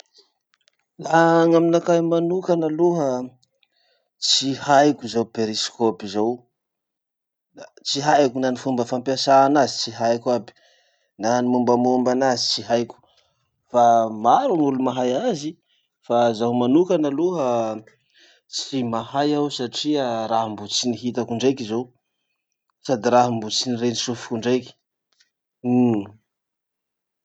Laha gn'aminakahy manoka aloha, tsy haiko zao périscope zao. Da tsy haiko na ny fomba fampiasà anazy tsy haiko aby, na ny mombamomba anazy tsy haiko. Fa maro gn'olo mahay azy, fa zaho manokana aloha tsy mahay aho satria raha mbo tsy nihitako indraiky zao, sady raha mbo tsy nireny sofiko indraiky. Uhm.